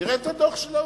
תראה את הדוח של ה-OECD,